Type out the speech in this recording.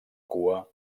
cua